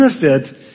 benefit